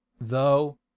though